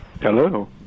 Hello